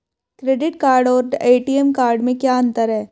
Credit card और ATM card में क्या अंतर है?